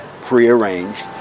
pre-arranged